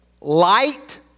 Light